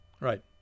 right